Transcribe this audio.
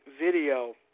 video